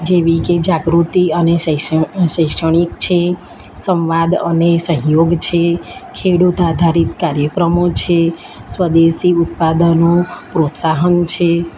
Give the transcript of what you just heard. જેવી કે જાગૃતિ અને શૈક્ષણિક છે સંવાદ અને સહયોગ છે ખેડૂત આધારિત કાર્યક્રમો છે સ્વદેશી ઉત્પાદનો પ્રોત્સાહન છે